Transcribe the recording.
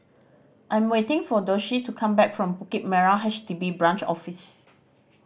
I am waiting for Doshie to come back from Bukit Merah H D B Branch Office